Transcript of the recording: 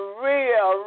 real